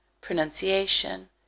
pronunciation